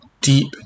deep